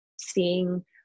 seeing –